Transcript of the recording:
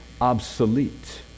obsolete